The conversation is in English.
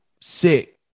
sick